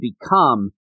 become